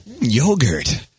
yogurt